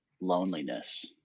loneliness